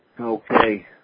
Okay